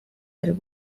del